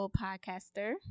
podcaster